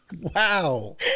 Wow